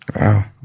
wow